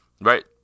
right